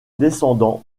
descendants